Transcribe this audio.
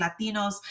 Latinos